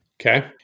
Okay